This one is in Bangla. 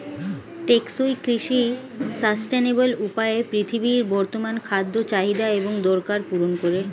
টেকসই কৃষি সাস্টেইনেবল উপায়ে পৃথিবীর বর্তমান খাদ্য চাহিদা এবং দরকার পূরণ করে